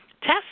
test